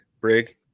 Brig